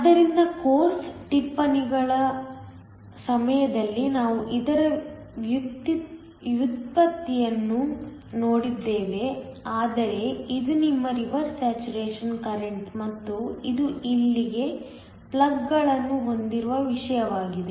ಆದ್ದರಿಂದ ಕೋರ್ಸ್ ಟಿಪ್ಪಣಿಗಳ ಸಮಯದಲ್ಲಿ ನಾವು ಇದರ ವ್ಯುತ್ಪತ್ತಿಯನ್ನು ನೋಡಿದ್ದೇವೆ ಆದರೆ ಇದು ನಿಮ್ಮ ರಿವರ್ಸ್ ಸ್ಯಾಚುರೇಶನ್ ಕರೆಂಟ್ಮತ್ತು ಇದು ಇಲ್ಲಿ ಪ್ಲಗ್ಗಳನ್ನು ಹೊಂದಿರುವ ವಿಷಯವಾಗಿದೆ